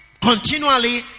Continually